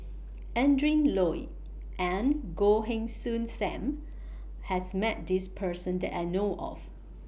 Adrin Loi and Goh Heng Soon SAM has Met This Person that I know of